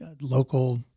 local